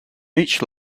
each